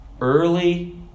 early